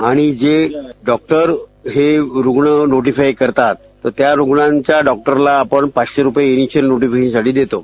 आणि जे डॉक्टर हे रुग्ण नोटिफाय करतात तर त्या रुग्णांच्या डॉक्टरला आपण पाचशे रुपये इनिशियल नोटिफिकेशनसाठी देतो